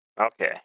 Okay